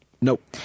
Nope